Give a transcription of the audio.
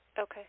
Okay